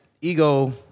ego